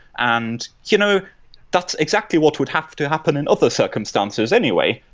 and you know that's exactly what would have to happen in other circumstances anyway.